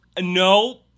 No